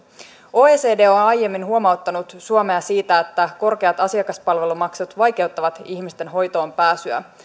oecd on on aiemmin huomauttanut suomea siitä että korkeat asiakaspalvelumaksut vaikeuttavat ihmisten hoitoon pääsyä